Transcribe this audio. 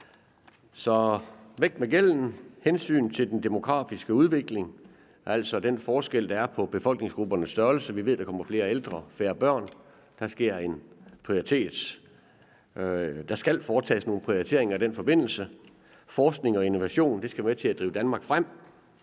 Vi skal tage hensyn til den demografiske udvikling, altså den forskel, der er på befolkningsgruppernes størrelse. Vi ved, at der kommer flere ældre og færre børn. Der skal foretages nogle prioriteringer i den forbindelse. Forskning og innovation skal være med til at drive Danmark frem.